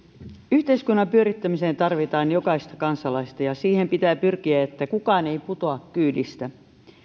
yhteiskunnan pyörittämiseen tarvitaan jokaista kansalaista ja siihen pitää pyrkiä että kukaan ei putoa kyydistä